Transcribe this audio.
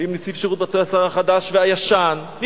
ועם נציב שירות בתי-הסוהר החדש והישן.